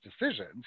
decisions